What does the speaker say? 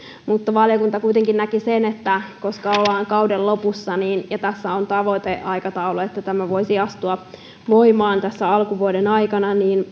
mutta valiokunta kuitenkin näki että koska ollaan kauden lopussa ja tässä on tavoiteaikataulu se että tämä voisi astua voimaan tässä alkuvuoden aikana niin